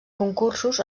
concursos